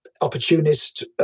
opportunist